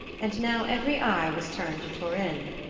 and now every eye was turned to turin.